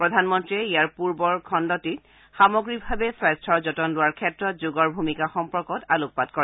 প্ৰধানমন্ত্ৰীয়ে ইয়াৰ পূৰ্বৰ খণ্ডটোত সামগ্ৰীকভাৱে স্বাস্থৰ যতন লোৱাৰ ক্ষেত্ৰত যোগৰ ভূমিকা সম্পৰ্কত আলোকপাত কৰে